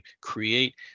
create